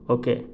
okay